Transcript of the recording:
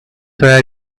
where